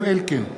זאב אלקין,